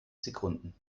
sekunden